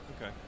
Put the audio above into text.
okay